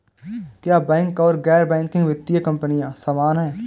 क्या बैंक और गैर बैंकिंग वित्तीय कंपनियां समान हैं?